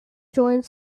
joined